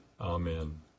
Amen